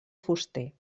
fuster